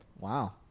Wow